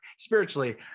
spiritually